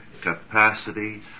capacity